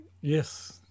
Yes